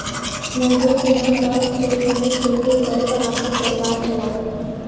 मजदूर किसान कम खेत में ही खेती कर क आपन परिवार चलावलन